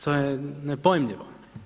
To je nepojmljivo.